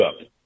up